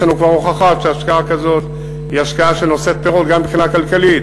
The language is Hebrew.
יש לנו כבר הוכחות שהשקעה כזאת היא השקעה שנושאת פירות מבחינה כלכלית,